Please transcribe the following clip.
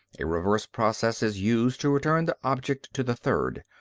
a reverse process is used to return the object to the third.